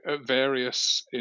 various